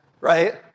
right